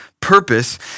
purpose